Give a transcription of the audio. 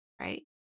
Right